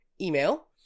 email